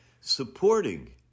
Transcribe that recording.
Supporting